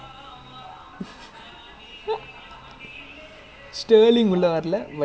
ya so many players don't know what they doing lah